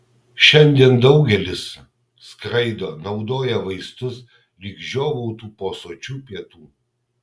šiandien daugelis skraido naudoja vaistus lyg žiovautų po sočių pietų